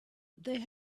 they